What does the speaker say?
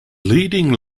leading